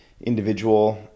individual